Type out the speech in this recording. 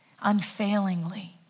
unfailingly